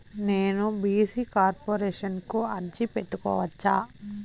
నేను BC corporation కు అర్జీ పెట్టుకోవచ్చా?